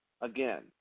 again